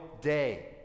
Day